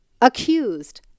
accused